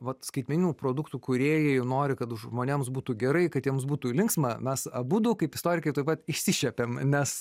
vat skaitmeninių produktų kūrėjai nori kad žmonėms būtų gerai kad jiems būtų linksma mes abudu kaip istorikai tuoj pat išsišiepėm nes